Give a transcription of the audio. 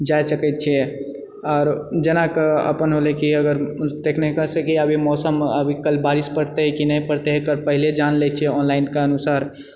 जाइ सकैत छिऐ आर जेनाकि अपन होलए कि अगर जेनाकि अभी मौसम अभी कल बारिश पड़तै कि नहि पड़तै पहिले जान लए छिऐ ऑनलाइनके अनुसार